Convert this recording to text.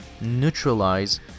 neutralize